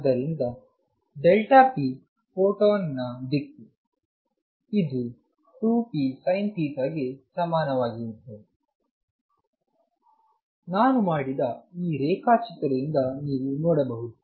ಆದ್ದರಿಂದpಫೋಟಾನ್ ನ ದಿಕ್ಕು ಇದು 2pSinθ ಗೆ ಸಮಾನವಾಗಿರುತ್ತದೆ ನಾನು ಮಾಡಿದ ಈ ರೇಖಾಚಿತ್ರದಿಂದ ನೀವು ನೋಡಬಹುದು